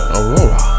Aurora